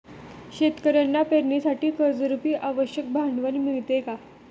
शेतकऱ्यांना पेरणीसाठी कर्जरुपी आवश्यक भांडवल मिळते का?